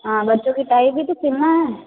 हाँ बच्चों की टाई भी तो सिलना है